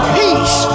peace